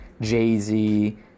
Jay-Z